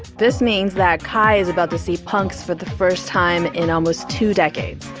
this means that kai is about to see punks for the first time in almost two decades.